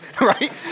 right